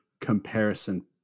comparison